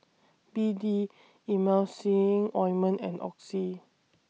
B D Emulsying Ointment and Oxy